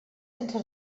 sense